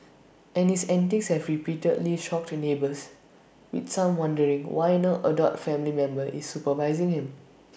and his antics have repeatedly shocked neighbours with some wondering why no adult family member is supervising him